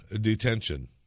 detention